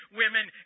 women